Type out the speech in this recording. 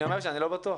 אני אומר שאני לא בטוח.